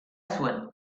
zuen